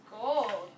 gold